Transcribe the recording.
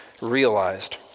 realized